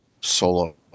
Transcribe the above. solo